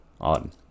on